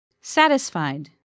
Satisfied